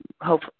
hope